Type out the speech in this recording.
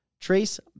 Trace